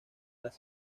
las